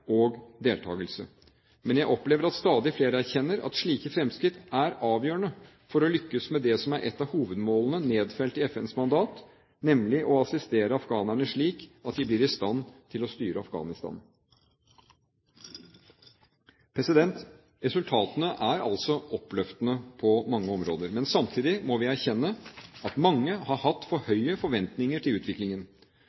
og deltakelse. Men jeg opplever at stadig flere erkjenner at slike fremskritt er avgjørende for å lykkes med det som er ett av hovedmålene nedfelt i FNs mandat, nemlig å assistere afghanerne slik at de blir i stand til å styre Afghanistan. Resultatene er altså oppløftende på mange områder. Men samtidig må vi erkjenne at mange har hatt for